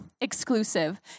exclusive